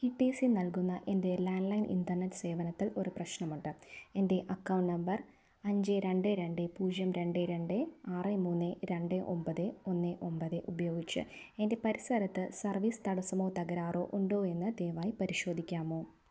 E T C നൽകുന്ന എൻ്റെ landline internet സേവനത്തിൽ ഒരു പ്രശ്നമുണ്ട് എൻ്റെ അക്കൗണ്ട് നമ്പർ അഞ്ച് രണ്ട് രണ്ട് പൂജ്യം രണ്ട് രണ്ട് ആറ് മൂന്ന് രണ്ട് ഒമ്പത് ഒന്ന് ഒമ്പത് ഉപയോഗിച്ച് എൻ്റെ പരിസരത്ത് സർവീസ് തടസ്സമോ തകരാറോ ഉണ്ടോ എന്ന് ദയവായി പരിശോധിക്കാമോ